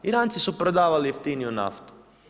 Iranci su prodavali jeftiniju naftu.